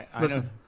listen